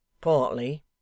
Partly